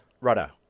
Rudder